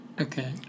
Okay